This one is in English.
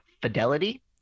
fidelity